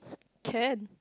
can